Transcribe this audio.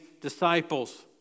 disciples